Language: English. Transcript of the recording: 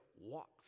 walk